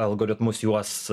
algoritmus juos